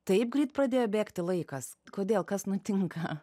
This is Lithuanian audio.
taip greit pradėjo bėgti laikas kodėl kas nutinka